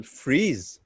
freeze